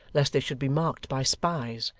lest they should be marked by spies,